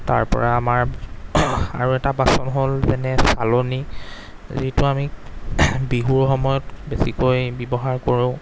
তাৰপৰা আমাৰ আৰু এটা বাচন হ'ল যেনে চালনী যিটো আমি বিহুৰ সময়ত বেছিকৈ ব্যৱহাৰ কৰোঁ